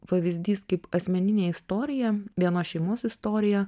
pavyzdys kaip asmeninė istorija vienos šeimos istorija